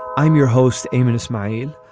i'm your host, aymond. it's mine.